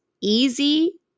Easy